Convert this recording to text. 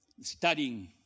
Studying